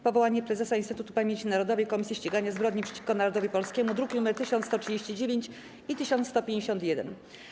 Powołanie Prezesa Instytutu Pamięci Narodowej - Komisji Ścigania Zbrodni przeciwko Narodowi Polskiemu (druki nr 1139 i 1151)